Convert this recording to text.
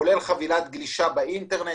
כולל חבילת גלישה באינטרנט,